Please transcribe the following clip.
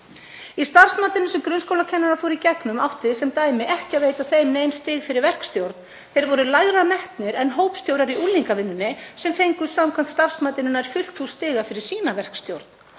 Í starfsmatinu sem grunnskólakennarar fóru í gegnum átti sem dæmi ekki að veita þeim nein stig fyrir verkstjórn. Þeir voru lægra metnir en hópstjórar í unglingavinnunni sem fengu samkvæmt starfsmatinu nær fullt hús stiga fyrir sína verkstjórn.